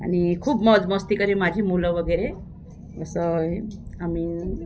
आणि खूप मौजमस्ती करीत माझी मुलं वगैरे असं आम्ही